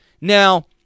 Now